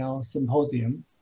symposium